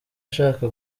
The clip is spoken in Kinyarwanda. ashaka